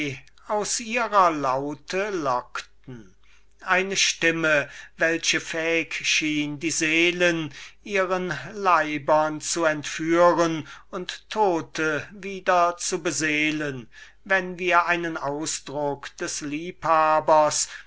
aus ihrer laute lockten eine stimme welche fähig schien die seelen ihren leibern zu entführen und tote wieder zu beseelen wenn wir einen ausdruck des liebhabers